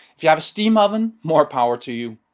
if you have a steam oven more power to you,